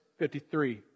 53